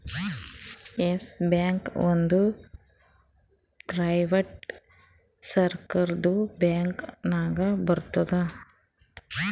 S bank ಒಂದ್ private ಸೆಕ್ಟರ್ದು bank ನಾಗ್ ಬರ್ತುದ್